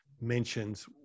mentions